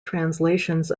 translations